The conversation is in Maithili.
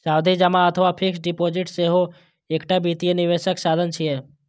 सावधि जमा अथवा फिक्स्ड डिपोजिट सेहो एकटा वित्तीय निवेशक साधन छियै